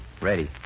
Ready